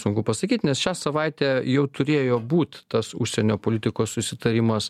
sunku pasakyt nes šią savaitę jau turėjo būt tas užsienio politikos susitarimas